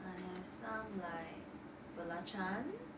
I have some like belachan